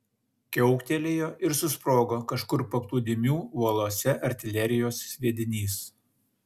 kiauktelėjo ir susprogo kažkur paplūdimių uolose artilerijos sviedinys